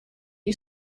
you